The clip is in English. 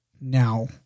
Now